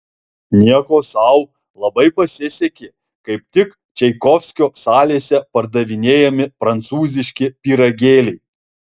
nieko sau labai pasisekė kaip tik čaikovskio salėse pardavinėjami prancūziški pyragėliai